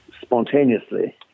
spontaneously